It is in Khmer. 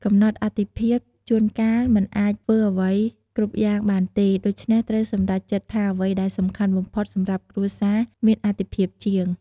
កំណត់អាទិភាព ជួនកាលមិនអាចធ្វើអ្វីគ្រប់យ៉ាងបានទេ ដូច្នេះត្រូវសម្រេចចិត្តថាអ្វីដែលសំខាន់បំផុតសម្រាប់គ្រួសារ មានអទិភាពជាង។